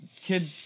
kid